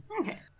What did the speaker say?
Okay